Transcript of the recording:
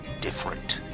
different